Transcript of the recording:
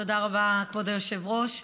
תודה רבה, כבוד היושב-ראש.